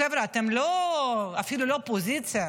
חבר'ה, אתם אפילו לא אופוזיציה,